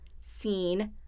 seen